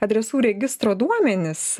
adresų registro duomenis